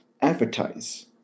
advertise